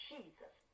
Jesus